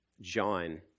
John